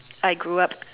I grew up